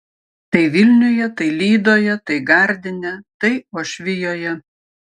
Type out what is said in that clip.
tai vilniuje tai lydoje tai gardine tai uošvijoje